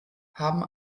haben